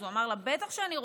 הוא אמר לה: בטח שאני רוצה.